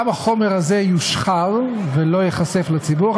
גם החומר הזה יושחר ולא ייחשף לציבור.